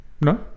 No